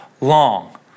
long